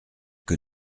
que